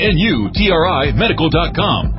N-U-T-R-I-Medical.com